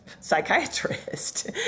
psychiatrist